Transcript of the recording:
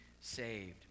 saved